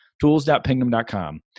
Tools.pingdom.com